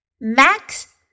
Max